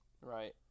Right